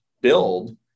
build